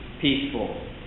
peaceful